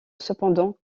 cependant